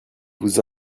vous